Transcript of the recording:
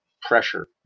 pressure